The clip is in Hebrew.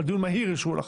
אבל דיון מהיר אישרו לך.